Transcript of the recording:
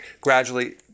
gradually